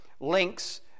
links